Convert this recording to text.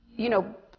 you know,